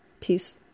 Peace